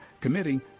committing